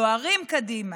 דוהרים קדימה.